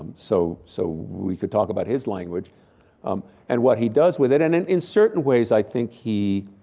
so so we could talk about his language um and what he does with it and and in certain ways, i think he